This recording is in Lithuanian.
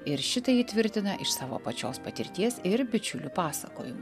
ir šitai ji tvirtina iš savo pačios patirties ir bičiulių pasakojimų